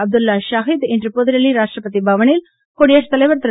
அப்துல்லா ஷாகித் இன்று புதுடெல்லி ராஷ்டிரபதி பவனில் குடியரசு தலைவர் திரு